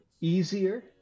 easier